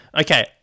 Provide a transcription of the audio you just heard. Okay